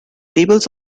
tables